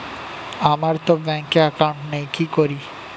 আমারতো ব্যাংকে একাউন্ট নেই কি করি?